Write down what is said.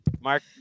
Mark